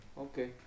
Okay